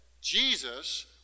Jesus